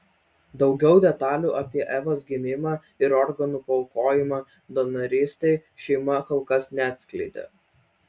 daugiau detalių apie evos gimimą ir organų paaukojimą donorystei šeima kol kas neatskleidė